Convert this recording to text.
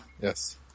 Yes